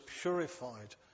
purified